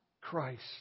Christ